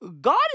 God